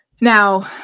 Now